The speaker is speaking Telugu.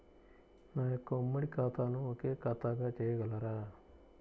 నా యొక్క ఉమ్మడి ఖాతాను ఒకే ఖాతాగా చేయగలరా?